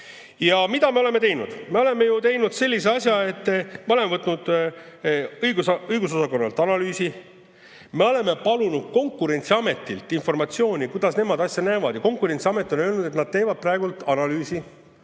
Ja mida me oleme teinud? Me oleme ju teinud sellise asja, et me oleme võtnud õigusosakonnalt analüüsi. Me oleme palunud Konkurentsiametilt informatsiooni, kuidas nemad asja näevad. Konkurentsiamet ütles, et nad teevad praegu analüüsi